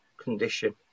condition